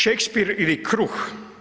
Šekspir ili kruh.